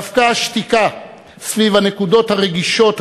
דווקא השתיקה סביב הנקודות הרגישות,